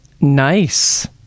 Nice